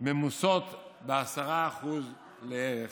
ממוסות ב-10% לערך